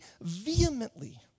vehemently